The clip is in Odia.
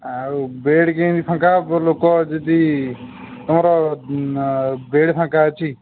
ଆଉ ବେଡ଼୍ କେମିତି ଫାଙ୍କା ହେବ ଲୋକ ଯଦି ତମର ବେଡ଼୍ ଫାଙ୍କା ଅଛି